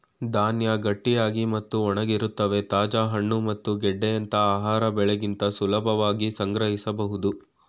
ಧಾನ್ಯ ಗಟ್ಟಿಯಾಗಿ ಮತ್ತು ಒಣಗಿರುತ್ವೆ ತಾಜಾ ಹಣ್ಣು ಮತ್ತು ಗೆಡ್ಡೆಯಂತ ಆಹಾರ ಬೆಳೆಗಿಂತ ಸುಲಭವಾಗಿ ಸಂಗ್ರಹಿಸ್ಬೋದು